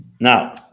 now